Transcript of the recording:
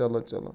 چلو چلو